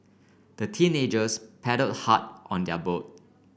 the teenagers paddle hard on their boat